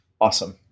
awesome